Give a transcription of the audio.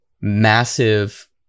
massive